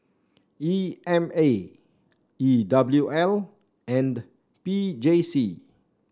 E M A E W L and P J C